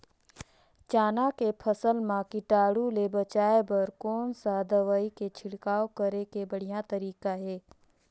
चाना के फसल मा कीटाणु ले बचाय बर कोन सा दवाई के छिड़काव करे के बढ़िया तरीका हे?